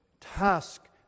task